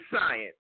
science